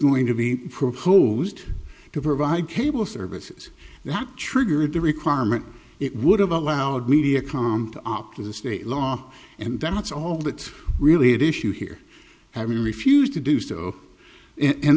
going to be proposed to provide cable services that triggered the requirement it would have allowed mediacom to opt with a state law and that's all that's really at issue here i refused to do so and